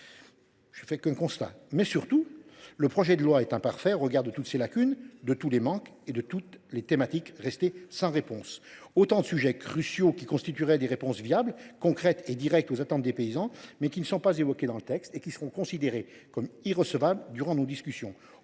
Je ne fais là qu’un constat… Mais, surtout, le projet de loi est imparfait au regard de toutes ses lacunes, de tous les manques et de toutes les thématiques restées sans réponse. Nombre de propositions cruciales qui constitueraient des réponses viables, concrètes et directes aux attentes des paysans ne sont pas évoquées dans le texte et seront considérées comme irrecevables durant nos discussions.